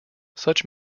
such